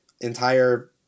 entire